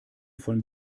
von